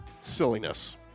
Silliness